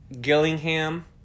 Gillingham